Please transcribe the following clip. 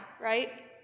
right